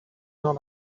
not